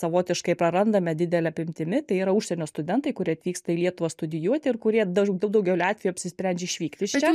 savotiškai prarandame didele apimtimi tai yra užsienio studentai kurie atvyksta į lietuvą studijuoti ir kurie daž daugeliu atvejų apsisprendžia išvykti iš čia